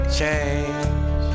change